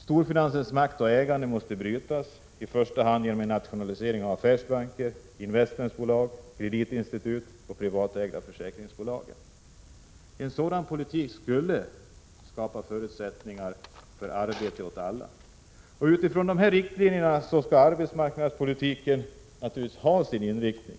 Storfinansens makt och ägande måste brytas, i första hand genom en nationalisering av affärsbanker, investmentbolag, kreditinstitut och privatägda försäkringsbolag. En sådan politik skulle skapa förutsättningar för arbete åt alla. Utifrån de här riktlinjerna skall naturligtvis arbetsmarknadspolitiken ha sin inriktning.